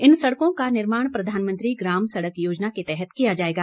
इन सड़कों का निर्माण प्रधानमंत्री ग्राम सड़क योजना के तहत किया जाएगा